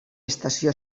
estació